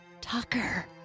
Tucker